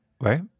Right